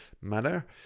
manner